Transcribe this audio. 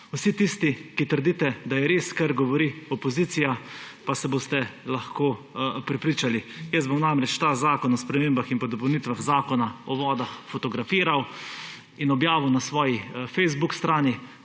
Vsi tisti, ki trdite, da je res, kar govori opozicija, pa se boste lahko prepričali. Namreč Zakon o spremembah in dopolnitvah Zakona o vodah bom fotografiral in objavil na svoji Facebook strani.